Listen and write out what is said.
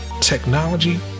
technology